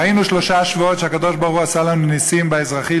ראינו שלושה שבועות שהקדוש-ברוך-הוא עשה לנו נסים באזרחי,